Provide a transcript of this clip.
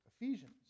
Ephesians